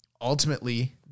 Ultimately